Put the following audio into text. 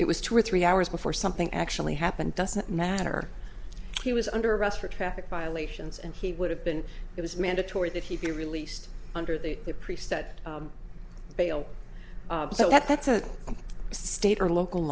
it was two or three hours before something actually happened doesn't matter he was under arrest for traffic violations and he would have been it was mandatory that he be released under the preset bail so that that's a state or local